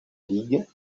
ligue